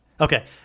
Okay